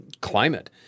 climate